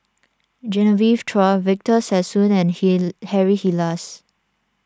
Genevieve Chua Victor Sassoon and Harry Elias